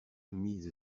mise